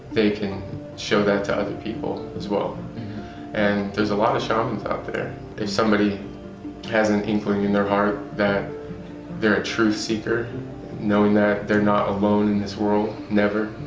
they can show that to other people as well and there's a lot of shamans out there if somebody has an inkling in their heart that there a truth seeker knowing that they're not alone in this world never,